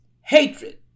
hatred